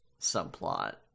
subplot